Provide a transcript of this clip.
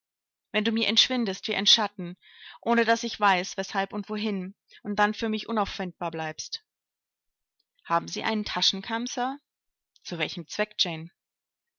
wenn du mir entschwindest wie ein schatten ohne daß ich weiß weshalb und wohin und dann für mich unauffindbar bleibst haben sie einen taschenkamm sir zu welchem zweck